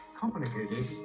complicated